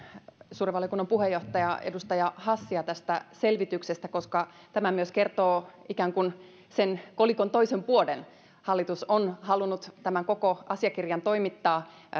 suuren valiokunnan puheenjohtajaa edustaja hassia tästä selvityksestä koska tämä myös kertoo ikään kuin sen kolikon toisen puolen hallitus on halunnut tämän koko asiakirjan toimittaa